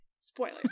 spoilers